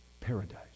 paradise